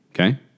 Okay